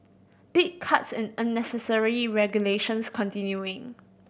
big cuts in unnecessary regulations continuing